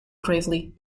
gravely